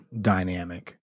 dynamic